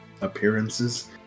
appearances